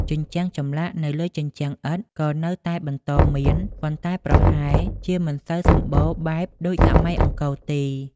ជញ្ជាំង ចម្លាក់នៅលើជញ្ជាំងឥដ្ឋក៏នៅតែបន្តមាន ប៉ុន្តែប្រហែលជាមិនសូវសម្បូរបែបដូចសម័យអង្គរទេ។